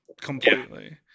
Completely